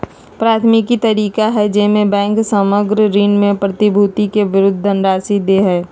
प्राथमिक तरीका हइ जेमे बैंक सामग्र ऋण के प्रतिभूति के विरुद्ध धनराशि दे हइ